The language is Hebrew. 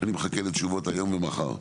אני מחכה לתשובות היום ומחר.